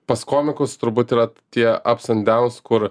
pas komikus turbūt yra tie apsandels kur